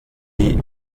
die